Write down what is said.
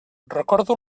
recordo